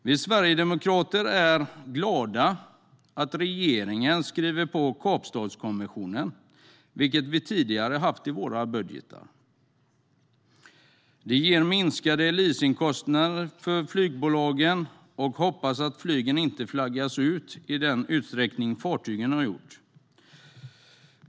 Vi sverigedemokrater är glada att regeringen skriver på Kapstadskonventionen, vilket vi tidigare haft i våra budgetar. Det ger minskade leasingkostnader för flygbolagen, och förhoppningsvis flaggas flygplanen därmed inte ut i samma utsträckning som fartygen.